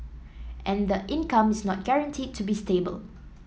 and the income is not guaranteed to be stable